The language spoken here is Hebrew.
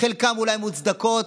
חלקן אולי מוצדקות,